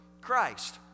Christ